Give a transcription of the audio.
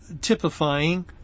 typifying